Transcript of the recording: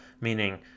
Meaning